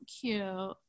cute